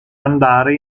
andare